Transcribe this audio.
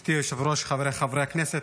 מכובדתי היושבת-ראש, חבריי חברי הכנסת,